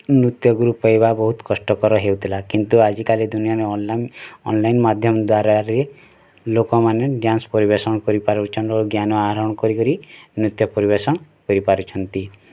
ନୃତ୍ୟ ଗୁରୁ ପାଇବା ବହୁତ କଷ୍ଟ କର ହେଉଥିଲା କିନ୍ତୁ ଆଜିକାଲି ଦୁନିଆରେ ଅନଲାଇନ୍ ଅନଲାଇନ୍ ମାଧ୍ୟମ୍ ଦ୍ଵାରାରେ ଲୋକମାନେ ଡ଼୍ୟାନ୍ସ ପରିବେଷଣ କରି ପାରୁଛନ୍ ଓ ଜ୍ଞାନ ଆହରଣ କରି କରି ନୃତ୍ୟ ପରିବେଷଣ କରି ପାରୁଛନ୍ତି